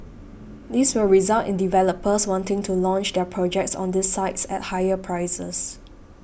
this will result in developers wanting to launch their projects on these sites at higher prices